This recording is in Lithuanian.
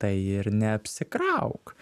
tai ir neapsikrauk